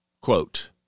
Quote